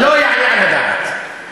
לא יעלה על הדעת.